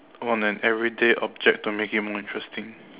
on an everyday object to make it more interesting